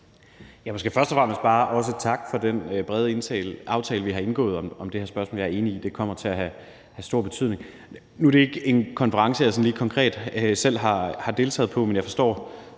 (S): Først og fremmest vil jeg måske bare takke for den brede aftale, vi har indgået om det her spørgsmål. Jeg er enig i, at det kommer til at have stor betydning. Nu er det ikke en konference, jeg konkret selv har deltaget i, men jeg forstår